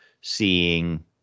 seeing